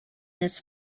this